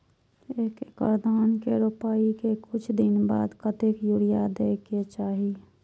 एक एकड़ धान के रोपाई के कुछ दिन बाद कतेक यूरिया दे के चाही?